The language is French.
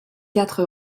quatre